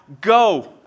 go